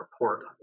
report